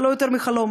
זה לא יותר מחלום.